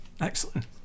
excellent